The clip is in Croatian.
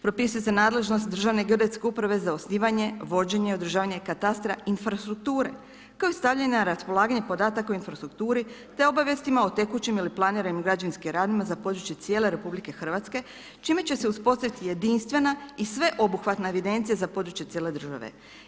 Propisuje se nadležnost Državne geodetske uprave za osnivanje, vođenje, održavanje katastra infrastrukture kao i stavljanja na raspolaganje o infrastrukturi te obavijestima o tekućim ili planiranim građevinskim radovima za područje cijele RH čime će se uspostaviti jedinstvena i sveobuhvatna evidencija za područje cijele države.